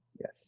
yes